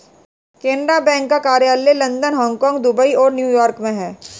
Canara Bank का कार्यालय London Hong Kong Dubai और न्यू यॉर्क में है